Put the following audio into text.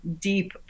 deep